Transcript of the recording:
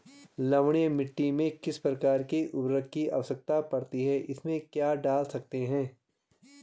लवणीय मिट्टी में किस प्रकार के उर्वरक की आवश्यकता पड़ती है इसमें क्या डाल सकते हैं?